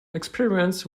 experiments